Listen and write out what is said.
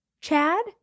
Chad